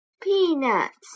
peanuts